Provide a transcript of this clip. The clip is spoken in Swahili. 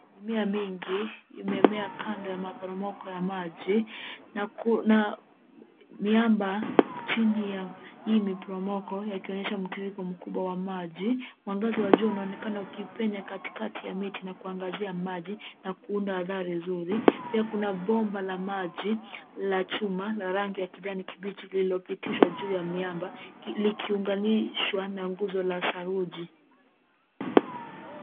Mimea mingi imemea kando ya maporomoko ya maji na miamba chini ya hii miporomoko yakionyesha mtiririko mkubwa wa maji. Mwangaza wa jua unaonekana ukipenya katikati ya miti na kuangazia maji na kuunda athari zuri. Pia kuna bomba la maji la chuma la rangi ya kijani kibichi lililopitishwa juu ya miamba, likiunganishwa na nguzo la saruji.